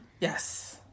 Yes